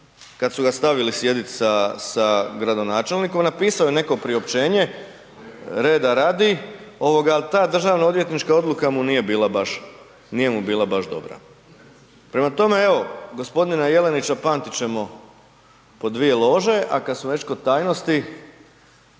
kad su ga stavili sjediti sa gradonačelnikom, napisao je neko priopćenje reda radi, ali ta državnoodvjetnička odluka mu nije bila baš, nije mu bila baš dobra. Prema tome, evo, g. Jelenića pamtit ćemo po dvije lože, a kad smo već kod tajnosti,